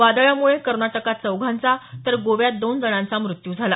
वादळामुळे कर्नाटकात चौघांचा तर गोव्यात दोन जणांचा मृत्यू झाला